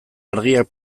argiak